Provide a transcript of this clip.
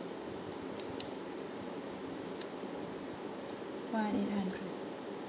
one eight hundred